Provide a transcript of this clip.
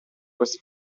questi